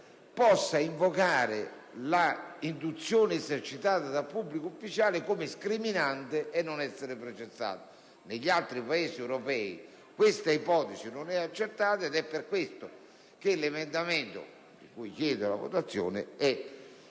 possa invocare l'induzione esercitata da pubblico ufficiale come discriminante e non essere processato. Negli altri Paesi europei questa ipotesi non è accettata ed è per questo che l'emendamento 3.100 (testo 2), di cui chiedo la votazione è